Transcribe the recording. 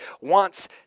wants